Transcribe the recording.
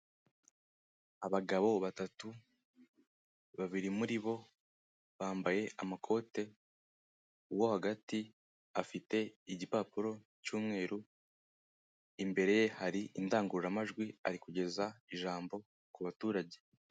Abagabo batatu, babiri muri bo bambaye amakote uwo hagati afite igipapuro cy'umweru imbere ye hari indangururamajwi ari kugeza ijambo ku baturage.